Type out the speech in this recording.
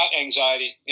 anxiety